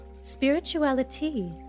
spirituality